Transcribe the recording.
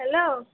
hello